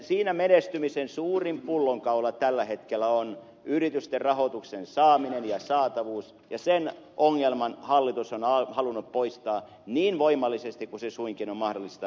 siinä menestymisen suurin pullonkaula tällä hetkellä on yritysten rahoituksen saaminen ja saatavuus ja sen ongelman hallitus on halunnut poistaa niin voimallisesti kuin se suinkin on mahdollista